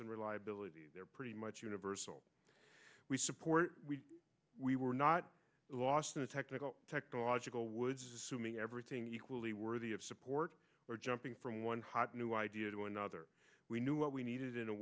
and reliability they're pretty much universal we support we were not lost in a technical technological woods assuming everything equally worthy of support or jumping from one hot new idea to another we knew what we needed in a